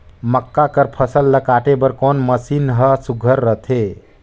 मक्का कर फसल ला काटे बर कोन मशीन ह सुघ्घर रथे?